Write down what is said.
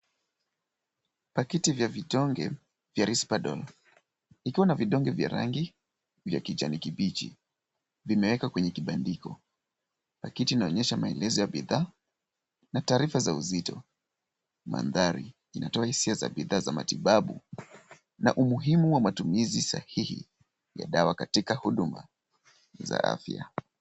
Pakiti vya vidonge, vya risperidone, ikiwa na vidonge vya rangi vya kijani kibichi. Vimeweka kwenye kibandiko. Pakiti inaonyesha maelezo ya bidhaa na taarifa za uzito. Mandhari inatoa hisia za bidhaa za matibabu na umuhimu wa matumizi sahihi ya dawa katika huduma za afya.